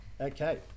okay